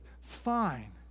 fine